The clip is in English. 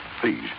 Please